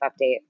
update